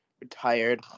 retired